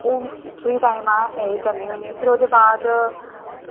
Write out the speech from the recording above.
ओह् free time अ'ऊं इ'यै करनी होन्नीं फ्ही ओह्दे बाद